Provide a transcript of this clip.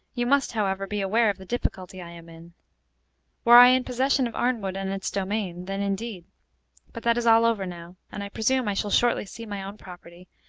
you must, however, be aware of the difficulty i am in were i in possession of arnwood and its domain, then indeed but that is all over now, and i presume i shall shortly see my own property,